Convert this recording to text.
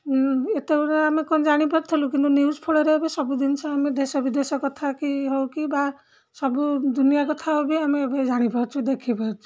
ଏତେଗୁଡ଼ା ଆମେ କ'ଣ ଜାଣିପାରୁଥୁଲୁ କିନ୍ତୁ ନ୍ୟୁଜ୍ ଫଳରେ ଏବେ ସବୁ ଜିନିଷ ଆମେ ଦେଶ ବିଦେଶ କଥା କି ହଉ କି ବା ସବୁ ଦୁନିଆ କଥା ହଉ ବି ଆମେ ଏବେ ଜାଣିପାରୁଛୁ ଦେଖିପାରୁଛୁ